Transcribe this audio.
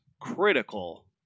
critical